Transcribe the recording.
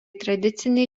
tradiciniai